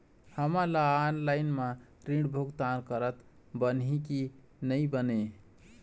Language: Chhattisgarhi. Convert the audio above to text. हमन ला ऑनलाइन म ऋण भुगतान करत बनही की नई बने?